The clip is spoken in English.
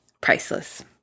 Priceless